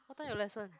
what time your lesson